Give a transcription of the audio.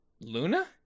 luna